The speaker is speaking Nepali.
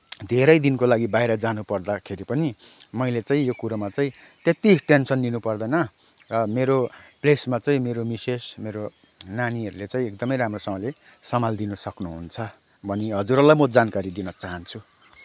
धेरै दिनको लागि बाहिर जानुपर्दाखेरि पनि मैले चाहिँ यो कुरोमा चाहिँ त्यत्ति टेन्सन लिनुपर्दैन र मेरो प्लेसमा चाहिँ मेरो मिसेस मेरो नानीहरूले चाहिँ एकदमै राम्रोसँगले सम्हालिदिन सक्नुहुन्छ भनी हजुरहरूलाई म जानकारी दिन चाहन्छु